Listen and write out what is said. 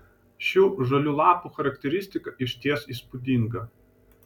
šių žalių lapų charakteristika išties įspūdinga